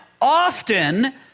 often